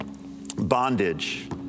bondage